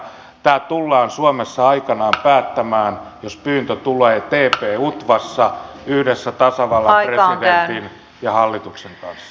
tämä tullaan suomessa aikanaan päättämään jos pyyntö tulee tp utvassa yhdessä tasavallan presidentin ja hallituksen kanssa